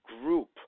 group